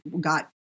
got